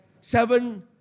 seven